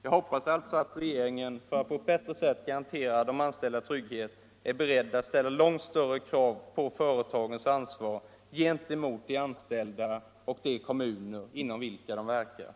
Jag hoppas att regeringen för att på ett bättre sätt garantera de anställdas trygghet är beredd att ställa långt större krav på företagens ansvar gentemot de anställda och de kommuner inom vilka de verkar.